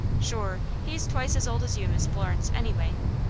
shure, he's twice as old as you, miss florence, anyway.